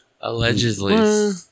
Allegedly